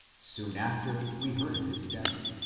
soon after we heard of his death.